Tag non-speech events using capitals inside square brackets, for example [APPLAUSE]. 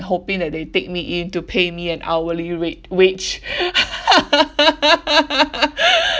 hoping that they take me in to pay me an hourly rate wage [LAUGHS]